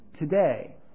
today